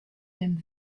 mêmes